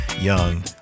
young